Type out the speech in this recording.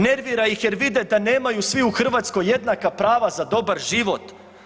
Nervira ih jer vide da nemaju svi u Hrvatskoj jednaka prava za dobar život.